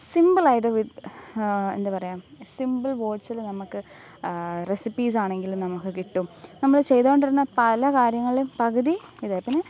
സിംമ്പിളായിട്ട് എന്താ പറയുക സിംമ്പിൾ വേർഡ്സിൽ നമ്മൾക്ക് റെസിപ്പീസാണെങ്കിലും നമ്മൾക്ക് കിട്ടും നമ്മൾ ചെയ്തുകൊണ്ടിരുന്ന പല കാര്യങ്ങളിൽ പകുതി ഇത് പിന്നെ